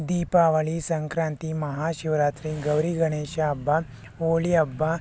ದೀಪಾವಳಿ ಸಂಕ್ರಾಂತಿ ಮಹಾಶಿವರಾತ್ರಿ ಗೌರಿಗಣೇಶ ಹಬ್ಬ ಹೋಳಿ ಹಬ್ಬ